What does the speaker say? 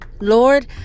Lord